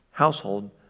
Household